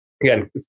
Again